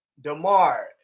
DeMar